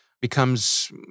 becomes